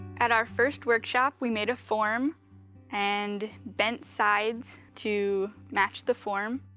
at our first workshop we made a form and bent sides to match the form.